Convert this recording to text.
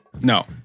No